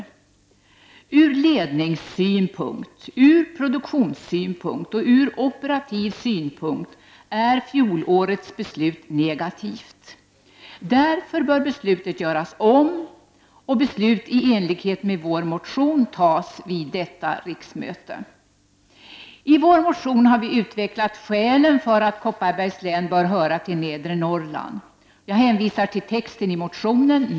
Såväl ur ledningssynpunkt som ur produktionssynpunkt och ur operativ synpunkt är fjolårets beslut negativt. Därför bör beslutet bli ett annat. Beslut i enlighet med vår motion bör således fattas vid detta riksmöte. I vår motion utvecklar vi skälen för att Kopparbergs län bör höra till Nedre Norrland. Jag hänvisar till texten i vår motion.